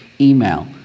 email